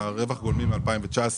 יכול להיות, אנחנו חשבנו.